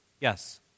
Yes